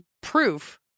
proof